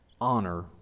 honor